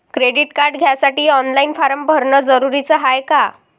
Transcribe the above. Credit card घ्यासाठी online form भरन जरुरीच हाय का?